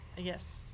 yes